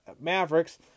Mavericks